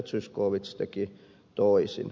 zyskowicz teki toisin